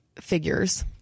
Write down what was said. figures